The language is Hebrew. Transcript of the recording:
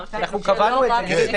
קבענו את זה.